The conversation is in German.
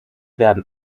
werden